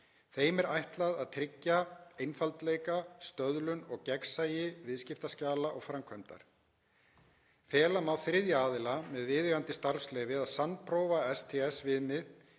Þeim er ætlað að tryggja einfaldleika, stöðlun og gagnsæi viðskiptaskjala og framkvæmdar. Fela má þriðja aðila, með viðeigandi starfsleyfi, að sannprófa að STS-viðmið